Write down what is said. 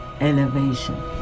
elevation